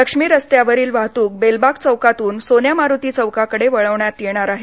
लक्ष्मी रस्त्यावरील वाहतुक बेलबाग चौकातून सोन्या मारुती चौकाकडे वळवण्यात येणार आहे